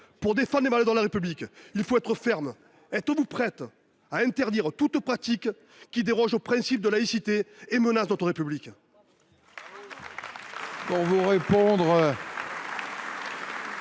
pour défendre les valeurs de la République il faut être ferme : êtes vous prête à interdire toute pratique dérogeant aux principes de laïcité et menaçant notre République ?